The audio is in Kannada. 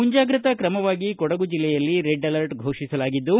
ಮುಂಜಾಗ್ರತಾ ಕ್ರಮವಾಗಿ ಕೊಡಗು ಜಿಲ್ಲೆಯಲ್ಲಿ ರೆಡ್ ಅಲರ್ಟ್ ಘೋಷಿಸಲಾಗಿದ್ದು